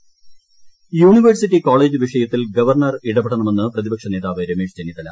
college Chennithala university കോളേജ്ട് വിഷയത്തിൽ governor ഇടപെടണമെന്ന് പ്രതിപക്ഷ നേതാവ് രമേശ് ചെന്നിത്തല